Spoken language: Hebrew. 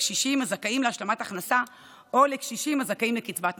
קשישים הזכאים להשלמת הכנסה או לקשישים הזכאים לקצבת נכות.